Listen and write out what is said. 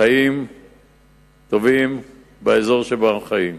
חיים טובים באזור שבו אנחנו חיים.